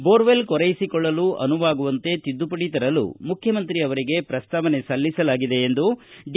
borewell ಕೊರೆಯಿಸಿಕೊಳ್ಳಲು ಅನುವಾಗುವಂತೆ ತಿದ್ದುಪಡಿ ತರಲು ಮುಖ್ಯಮಂತ್ರಿಗೆ ಪ್ರಸ್ತಾವನೆ ಸಲ್ಲಿಸಲಾಗಿದೆ ಎಂದು ಡಿ